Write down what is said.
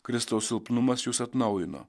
kristaus silpnumas jus atnaujino